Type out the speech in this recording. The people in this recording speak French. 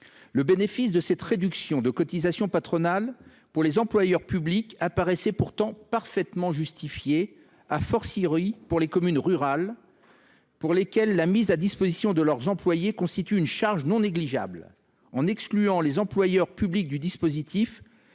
Le bénéfice de cette réduction de cotisations patronales pour les employeurs publics paraissait pourtant parfaitement justifié, pour les communes rurales, pour lesquelles la mise à disposition de leurs employés constitue une charge non négligeable. En excluant les employeurs publics du dispositif,